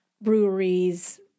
breweries